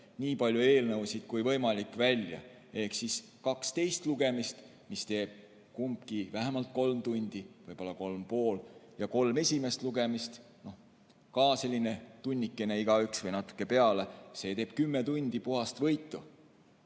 nii palju eelnõusid kui võimalik ehk kaks teist lugemist, mis teeb kumbki vähemalt kolm tundi, võib olla kolm ja pool, ja kolm esimest lugemist, ka selline tunnikene igaüks või natuke peale – see teeb kümme tundi puhast võitu.